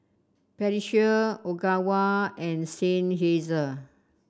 Pediasure Ogawa and Seinheiser